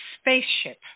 spaceship